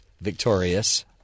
Victorious